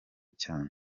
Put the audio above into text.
cyane